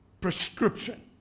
prescription